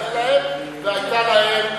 לא הייתה סכנה כזאת.